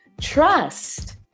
Trust